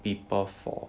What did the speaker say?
people for